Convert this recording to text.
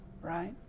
right